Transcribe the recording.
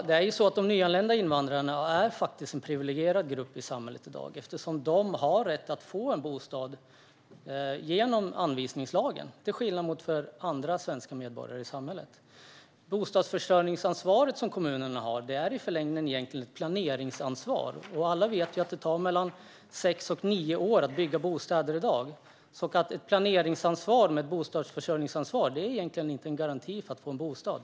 Fru talman! De nyanlända invandrarna är faktiskt en privilegierad grupp i samhället i dag eftersom de till skillnad från svenska medborgare har rätt att få en bostad genom anvisningslagen. Kommunernas bostadsförsörjningsansvar är i förlängningen ett planeringsansvar, och alla vet att det tar sex till nio år att bygga bostäder. Ett planeringsansvar med ett bostadsförsörjningsansvar är alltså ingen garanti för att få en bostad.